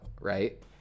right